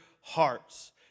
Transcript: hearts